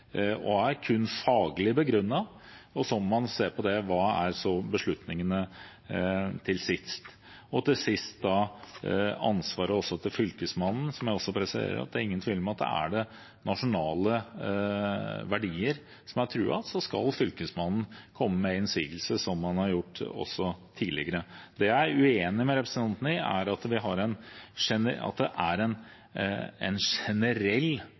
kun faglig begrunnet, og så må man se hva beslutningene blir til sist. Når det gjelder ansvaret til Fylkesmannen, presiserer jeg at det er ingen tvil om at hvis det er nasjonale verdier som er truet, så skal Fylkesmannen komme med innsigelse, som han har gjort også tidligere. Det jeg er uenig med representanten i, er at det er en generell forverring av norsk natur, og at